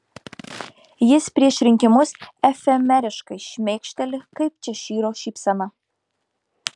jis prieš rinkimus efemeriškai šmėkšteli kaip češyro šypsena